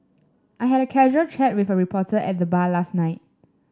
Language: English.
I had a casual chat with a reporter at the bar last night